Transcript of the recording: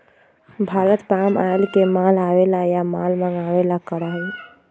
Bharat palm oil के माल आवे ला या माल मंगावे ला करा हई